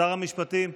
שר המשפטים,